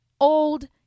old